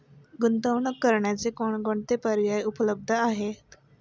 गुंतवणूक करण्याचे कोणकोणते पर्याय उपलब्ध आहेत?